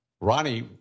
Ronnie